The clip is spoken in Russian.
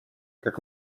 как